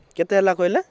କେତେ ହେଲା କହିଲେ